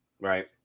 Right